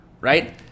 right